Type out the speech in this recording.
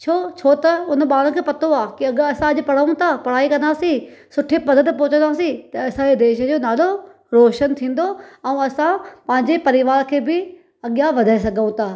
छो छो त हुन ॿार खे पतो आहे कि अगरि अॼु असां पढूं था पढ़ाई कंदासीं सुठी पद ते पहुचंदासीं असांजे देश जो नालो रोशन थींदो ऐं असां पंहिंजे परिवार खे बि अॻियां वधाए सघूं था